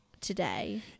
Today